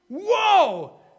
Whoa